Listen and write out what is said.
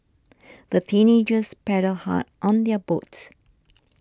the teenagers paddled hard on their boats